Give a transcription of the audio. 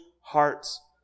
hearts